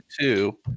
two